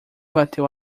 bateu